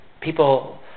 people